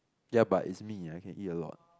ya but it's me I can eat a lot